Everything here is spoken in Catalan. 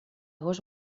gos